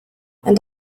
and